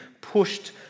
pushed